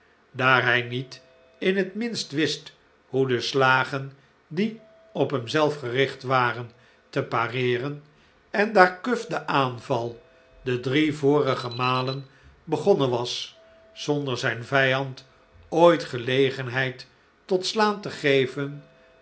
daar hij niet in het minst wist hoe de slagen die op hemzelf gericht waren te pareeren en daar cuff den aanval de drie vorige malen begonnen was zonder zijn vijand ooit gelegenheid tot slaan te geven